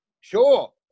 Sure